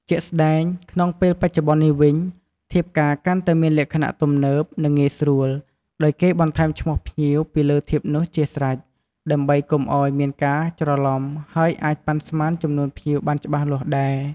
ជាក់ស្ដែង ក្នុងពេលបច្ចុប្បន្ននេះវិញ ធៀបការកាន់តែមានលក្ខណៈទំនើប និងងាយស្រួល ដោយគេបន្ថែមឈ្មោះភ្ញៀវពីលើធៀបនោះជាស្រេច ដើម្បីកុំឱ្យមានការច្រឡំ ហើយអាចប៉ាន់ស្មានចំនួនភ្ញៀវបានច្បាស់លាស់ដែរ។